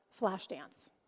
Flashdance